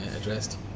addressed